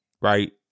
Right